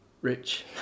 rich